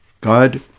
God